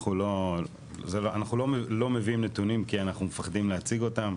אנחנו לא לא מביאים נתונים כי אנחנו מפחדים להציג אותם.